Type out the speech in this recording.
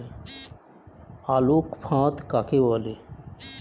আলোক ফাঁদ কাকে বলে?